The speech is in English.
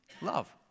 love